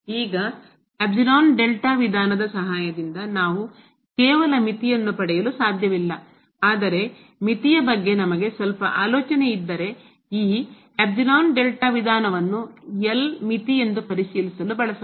ಈ ವಿಧಾನದ ಸಹಾಯದಿಂದ ನಾವು ಕೇವಲ ಮಿತಿಯನ್ನು ಪಡೆಯಲು ಸಾಧ್ಯವಿಲ್ಲ ಆದರೆ ಮಿತಿಯ ಬಗ್ಗೆ ನಮಗೆ ಸ್ವಲ್ಪ ಆಲೋಚನೆ ಇದ್ದರೆ ಈ ವಿಧಾನವನ್ನು L ಮಿತಿ ಎಂದು ಪರಿಶೀಲಿಸಲು ಬಳಸಬಹುದು